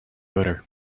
odor